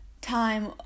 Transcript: time